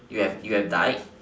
you you have died